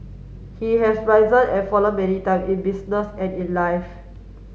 he has risen and fallen many time in business and in life